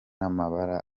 amabara